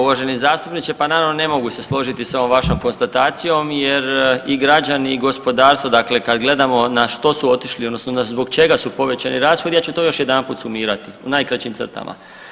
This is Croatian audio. Uvaženi zastupniče pa naravno ne mogu se složiti sa ovom vašom konstatacijom jer i građani i gospodarstvo, dakle kad gledamo na što su otišli odnosno zbog čega su povećani rashodi ja ću to još jedanput sumirati u najkraćim crtama.